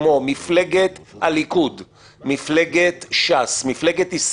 כמו על שר או סגן שר --- אנחנו נמצאים באיזשהו